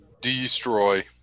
destroy